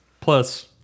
Plus